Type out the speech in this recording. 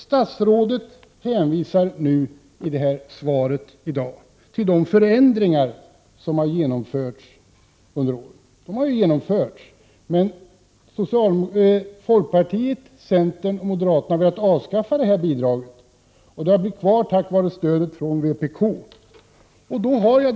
Statsrådet hänvisar i sitt svar i dag till de förändringar som har genomförts under åren. Men folkpartiet, centern och moderaterna har velat avskaffa det här bidraget. Det har blivit kvar tack vare stödet från vpk. Jag har enkäten framför mig.